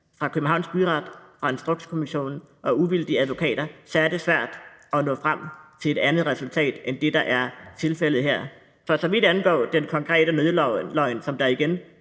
fra Københavns Byret, fra Instrukskommissionen og uvildige advokater, så er det svært at nå frem til et andet resultat end det, der er tilfældet her. For så vidt angår den konkrete nødløgn, som der igen